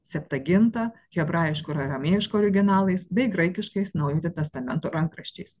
septuaginta hebrajišku ir aramėjišku originalais bei graikiškais naujojo testamento rankraščiais